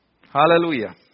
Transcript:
hallelujah